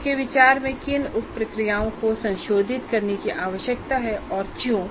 आपके विचार में किन उपप्रक्रियाओं को संशोधित करने की आवश्यकता है और क्यों